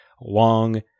long